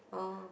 oh